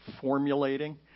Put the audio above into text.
formulating